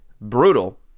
brutal